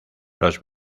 los